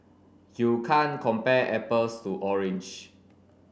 you can't compare apples to orange